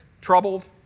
troubled